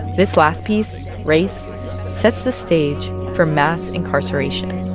this last piece race sets the stage for mass incarceration